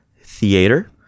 Theater